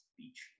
speech